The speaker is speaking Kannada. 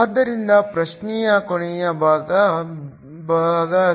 ಆದ್ದರಿಂದ ಪ್ರಶ್ನೆಯ ಕೊನೆಯ ಭಾಗ ಭಾಗ ಸಿ